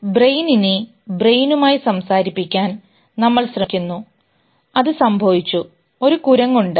അതിനാൽ ബ്രെയിനിന്നെ ബ്രെയിനുമായി സംസാരിപ്പിക്കാൻ നമ്മൾ ശ്രമിക്കുന്നു അത് സംഭവിച്ചു ഒരു കുരങ്ങുണ്ട്